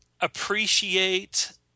appreciate